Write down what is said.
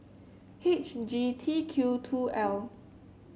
H G T Q two L